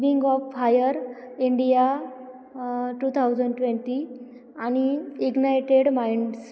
wing of fire India two thousand twenty आणि ignited minds